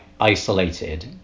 isolated